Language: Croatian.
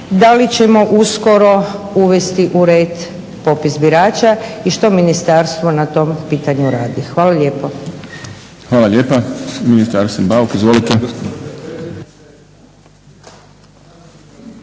da li ćemo uskoro uvesti u red popis birača i što ministarstvo na to pitanju radi? Hvala lijepo. **Šprem, Boris (SDP)** Hvala lijepa. Ministar Bauk izvolite.